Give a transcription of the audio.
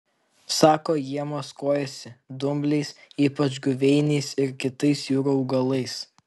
sako jie maskuojasi dumbliais ypač guveiniais ir kitais jūrų augalais